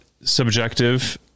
subjective